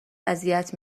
اذیت